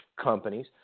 companies